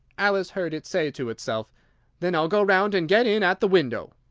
alice heard it say to itself then i'll go round and get in at the window.